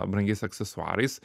brangiais aksesuarais